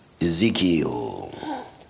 Ezekiel